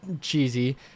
cheesy